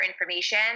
information